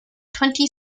twenty